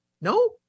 No